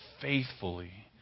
faithfully